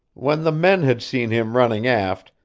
when the men had seen him running aft,